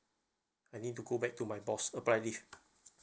I need to go back to my boss apply this